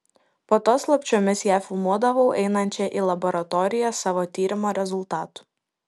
po to slapčiomis ją filmuodavau einančią į laboratoriją savo tyrimo rezultatų